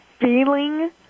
feeling